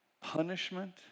punishment